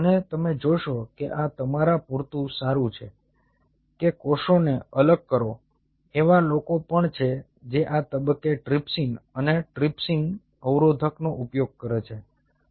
અને તમે જોશો કે આ તમારા પૂરતું સારું છે કે કોષોને અલગ કરો એવા લોકો પણ છે જે આ તબક્કે ટ્રિપ્સિન અને ટ્રિપ્સિન અવરોધકનો ઉપયોગ કરે છે